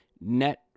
net